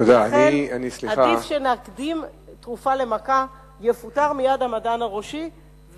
לכן, עדיף שנקדים תרופה למכה: יפוטר המדען הראשי,